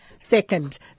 second